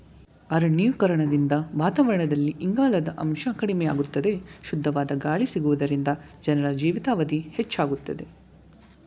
ಅರಣ್ಯೀಕರಣದಿಂದ ವಾತಾವರಣದಲ್ಲಿ ಇಂಗಾಲದ ಅಂಶ ಕಡಿಮೆಯಾಗುತ್ತದೆ, ಶುದ್ಧವಾದ ಗಾಳಿ ಸಿಗುವುದರಿಂದ ಜನರ ಜೀವಿತಾವಧಿ ಹೆಚ್ಚಾಗುತ್ತದೆ